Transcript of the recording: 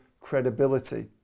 credibility